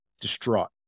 distraught